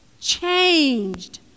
changed